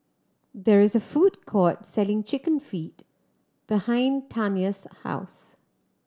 there is a food court selling Chicken Feet behind Tanya's house